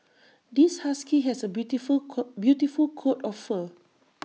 this husky has A beautiful coat beautiful coat of fur